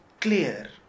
clear